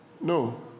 no